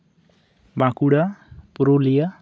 Bankura Purulia